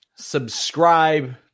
Subscribe